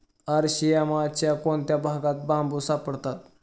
अरशियामाच्या कोणत्या भागात बांबू सापडतात?